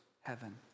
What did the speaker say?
heaven